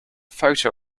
photo